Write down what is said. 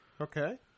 Okay